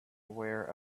aware